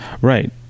Right